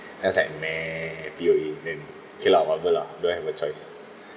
I was like !nah! P_O_A then okay lah whatever lah do I have a choice